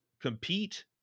compete